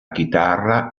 chitarra